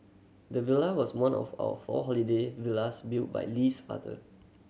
the villa was one of four holiday villas built by Lee's father